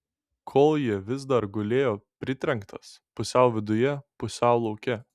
koljė vis dar gulėjo pritrenktas pusiau viduje pusiau lauke